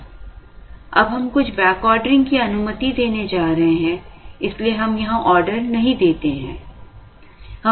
अब हम कुछ बैकऑर्डरिंग की अनुमति देने जा रहे हैं इसलिए हम यहां ऑर्डर नहीं देते हैं